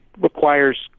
requires